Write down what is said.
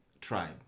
tribe